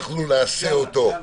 אינשאללה.